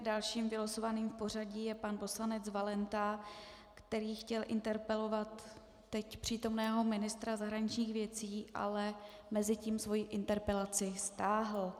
Dalším vylosovaným v pořadí je pan poslanec Valenta, který chtěl interpelovat teď přítomného ministra zahraničních věcí, ale mezitím svoji interpelaci stáhl.